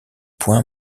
point